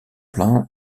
plein